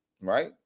right